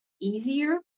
easier